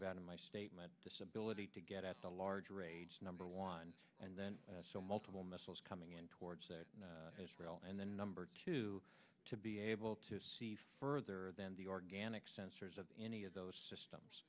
about in my statement disability to get at the larger age number one and then so multiple missiles coming in towards israel and then number two to be able to see further than the organic sensors of any of those systems